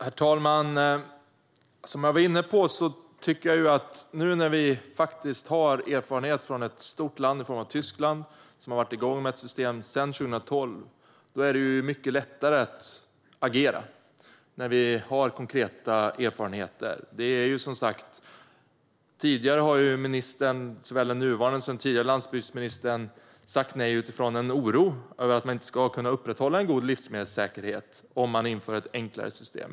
Herr talman! Som jag var inne på tycker jag att det är mycket lättare att agera när det nu finns konkreta erfarenheter att ta del av från ett stort land, Tyskland, som har varit igång med ett system sedan 2012. Tidigare har såväl den nuvarande som den tidigare landsbygdsministern sagt nej utifrån en oro över att man inte ska kunna upprätthålla en god livsmedelssäkerhet om det införs ett enklare system.